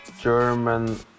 German